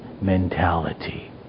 mentality